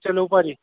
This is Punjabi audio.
ਚਲੋ ਭਾਅ ਜੀ